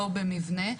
לא במבנה.